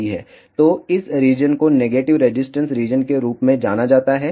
तो इस रीजन को नेगेटिव रेजिस्टेंस रीजन के रूप में जाना जाता है